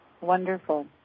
Wonderful